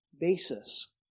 basis